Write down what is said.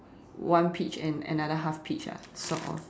one peach and another half peach ah sort of